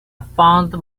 found